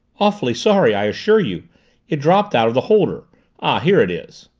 awfully sorry, i assure you it dropped out of the holder ah, here it is!